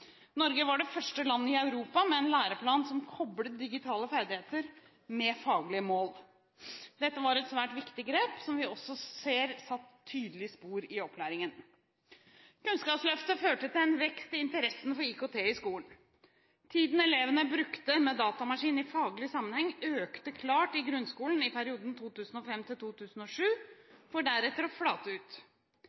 Norge var det første landet i Europa med en læreplan som koblet digitale ferdigheter med faglige mål. Dette var et svært viktig grep, som vi også ser satte tydelige spor i opplæringen. Kunnskapsløftet førte til en vekst i interessen for IKT i skolen. Tiden elevene brukte med datamaskin i faglig sammenheng, økte klart i grunnskolen i perioden 2005–2007, for deretter å flate ut.